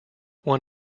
won